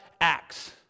acts